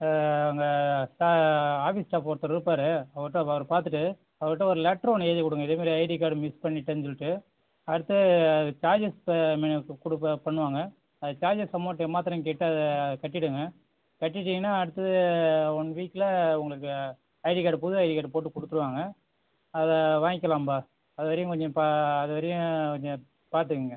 ஆ அங்கே office staff ஒருத்தர் இருப்பார் அவர்ட்ட அவர் பார்த்துட்டு அவர்ட்ட ஒரு லெட்ரு ஒன்று எழுதி கொடுங்க இதேமாதிரி ஐடி கார்டு மிஸ் பண்ணிவிட்டேன்னு சொல்லிட்டு அவர்ட்ட சார்ஜஸ் கொடுப்பா பண்ணுவாங்க அது சார்ஜஸ் அமௌண்ட் எம்மாத்திரன்னு கேட்டு அதை கட்டிவிடுங்க கட்டிட்டீங்கன்னா அடுத்தது ஒன் வீக்கில் உங்களுக்கு ஐடி கார்டு புது ஐடி கார்டு போட்டு கொடுத்துடுவாங்க அதை வாங்கிக்கலாம்பா அதுவரையும் கொஞ்சம் அதுவரையும் கொஞ்சம் பார்த்துக்குங்க